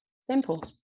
Simple